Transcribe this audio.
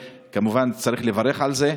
כמובן, צריך לברך על זה.